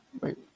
Wait